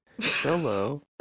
Hello